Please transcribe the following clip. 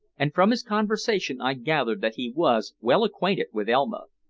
and from his conversation i gathered that he was well acquainted with elma.